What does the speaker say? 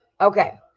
Okay